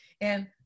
And-